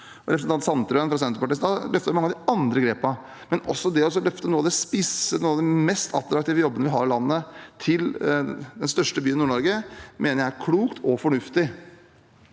Representanten Sandtrøen fra Senterpartiet løftet i stad mange av de andre grepene. Å løfte noe av det og spisse noen av de mest attraktive jobbene vi har i landet til den største byen i Nord-Norge, mener jeg er klokt og fornuftig.